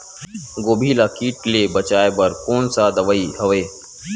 गोभी ल कीट ले बचाय बर कोन सा दवाई हवे?